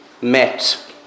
met